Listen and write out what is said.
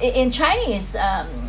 in in chinese um